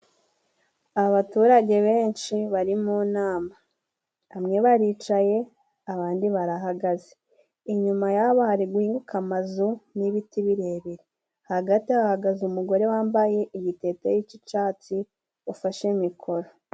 Abaturage benshi bari mu nama, bamwe baricaye abandi barahagaze. Inyuma yabo hari guhinguka amazu n'ibiti birebire, hagati hahagaze umugore wambaye igiteyiteyi cy'icyatsi ufashe mikoro